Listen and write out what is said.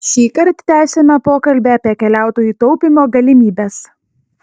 šįkart tęsiame pokalbį apie keliautojų taupymo galimybes